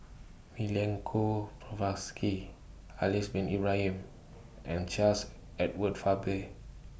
Milenko Prvacki Haslir Bin Ibrahim and Charles Edward Faber